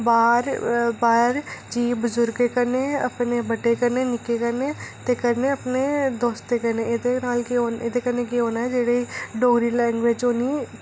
बाह्र बाह्र जि'यां बजुर्ग कन्नै अपने बड्डें कन्नै ते कन्नै अपने दोस्तें कन्नै एह्दे कन्नै केह् होना ओह्दे डोगरी लैंग्वेज़ होनी